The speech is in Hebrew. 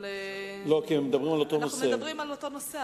אבל מדברים על אותו נושא,